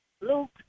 Luke